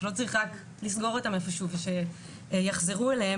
שלא צריך רק לסגור אותם איפה שהוא ושיחזרו אליהם,